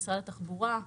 ממשרד התחבורה,